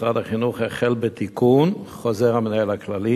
משרד החינוך החל בתיקון חוזר המנהל הכללי